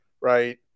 right